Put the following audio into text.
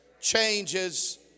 changes